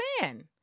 man